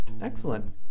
Excellent